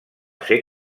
ser